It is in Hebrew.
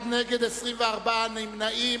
אחד נגד, 24 נמנעים.